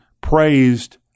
praised